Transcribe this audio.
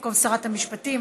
במקום שרת המשפטים,